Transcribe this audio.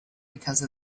because